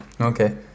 Okay